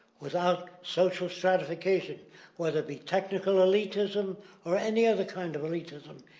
without social stratification whether it be technical elitism or any other kind of elitism,